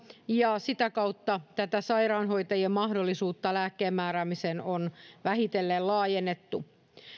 ja sitä kautta sairaanhoitajien mahdollisuutta lääkkeenmääräämiseen on vähitellen laajennettu